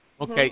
Okay